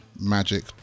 magic